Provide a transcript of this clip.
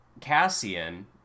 Cassian